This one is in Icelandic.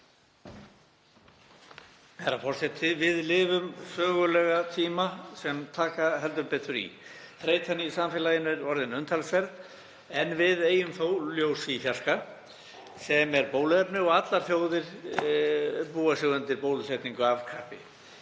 Herra forseti. Við lifum sögulega tíma sem taka heldur betur í. Þreytan í samfélaginu er orðin umtalsverð en við eygjum þó ljós í fjarska, sem er bóluefni og allar þjóðir búa sig undir bólusetningu af kappi.